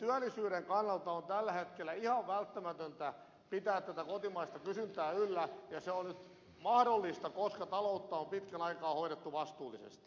työllisyyden kannalta on tällä hetkellä ihan välttämätöntä pitää tätä kotimaista kysyntää yllä ja se on nyt mahdollista koska taloutta on pitkän aikaa hoidettu vastuullisesti